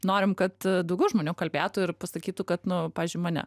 norim kad daugiau žmonių kalbėtų ir pasakytų kad nu pavyzdžiui mane